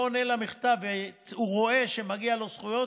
עונה על מכתב והוא רואה שמגיעות לו זכויות,